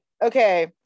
Okay